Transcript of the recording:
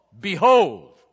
behold